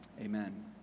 Amen